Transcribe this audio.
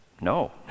no